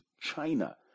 China